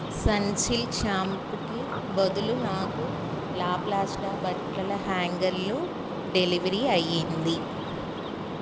Sunsilk షాంపుకి బదులు నాకు లాప్లాస్ట్ బట్టల హ్యాంగర్లు డెలివరీ అయింది